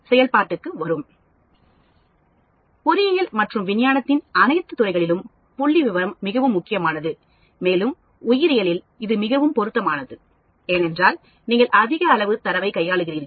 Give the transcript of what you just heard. செயல்பாட்டுக்கு வரும் பொறியியல் மற்றும் விஞ்ஞானத்தின் அனைத்து துறைகளிலும் புள்ளிவிவரம் மிகவும் முக்கியமானது மேலும் உயிரியலில் இது மிகவும் பொருத்தமானது ஏனென்றால் நீங்கள் அதிக அளவு தரவைக் கையாளுகிறீர்கள்